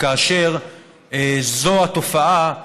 כאשר זאת התופעה,